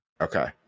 Okay